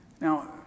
Now